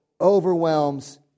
overwhelms